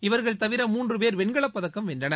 இவர்கள் தவிர மூன்று பேர் வெண்கலப்பதக்கம் வென்றனர்